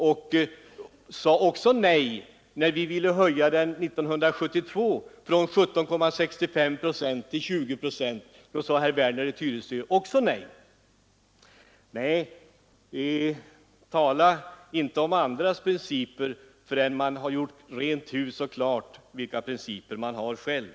När vi 1972 ville höja den indirekta skatten från 17,65 procent till 20 procent, sade herr Werner i Tyresö också nej. Nej, tala inte om andras principer förrän ni har gjort klart vilka principer ni har själva.